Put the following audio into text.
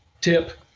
tip